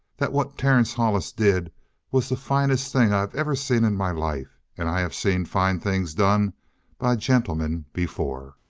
that what terence hollis did was the finest thing i have ever seen in my life, and i have seen fine things done by gentlemen before.